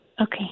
Okay